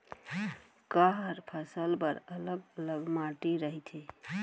का हर फसल बर अलग अलग माटी रहिथे?